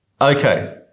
Okay